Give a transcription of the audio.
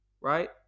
right